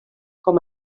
com